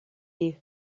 you